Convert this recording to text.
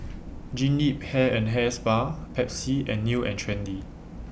Jean Yip Hair and Hair Spa Pepsi and New and Trendy